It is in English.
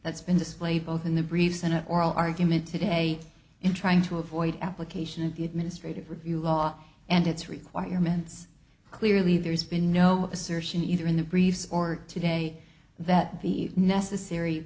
that's been displayed both in the briefs and oral argument today in trying to avoid application of the administrative review law and its requirements clearly there's been no assertion either in the briefs or today that the necessary